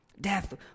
Death